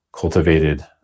cultivated